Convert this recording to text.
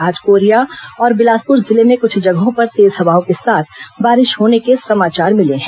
आज कोरिया और बिलासपुर जिले में क्छ जगहों पर तेज हवाओं के साथ बारिश होने के समाचार मिले हैं